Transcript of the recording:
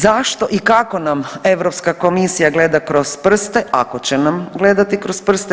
Zašto i kako nam Europska komisija gleda kroz prste, ako će nam gledati kroz prste.